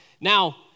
Now